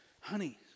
Honey